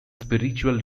spiritual